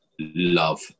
love